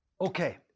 Okay